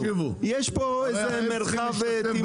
יש פה איזה מרחב תמרון.